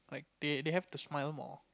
they they have to smile more